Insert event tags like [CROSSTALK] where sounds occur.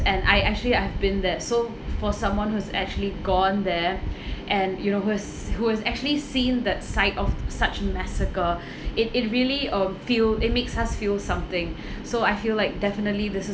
and I actually I've been there so for someone who's actually gone there [BREATH] and you know who has who has actually seen that site of such massacre [BREATH] it it really um feel it makes us feel something [BREATH] so I feel like definitely this is